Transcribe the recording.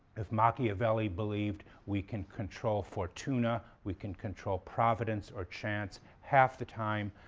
if machiavelli believed we can control fortuna, we can control providence or chance half the time,